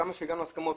עד כמה שהגענו להסכמות,